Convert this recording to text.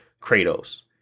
Kratos